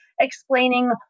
explaining